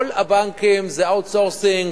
כל הבנקים, זה outsourcing.